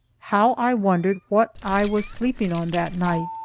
how i wondered what i was sleeping on that night,